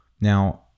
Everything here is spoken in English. Now